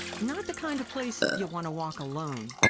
not the kind of place you'd want to walk alone.